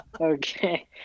Okay